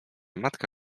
matka